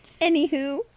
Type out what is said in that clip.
Anywho